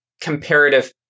comparative